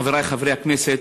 חברי חברי הכנסת,